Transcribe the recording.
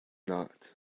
not